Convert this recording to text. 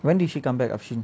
when did she come back ah she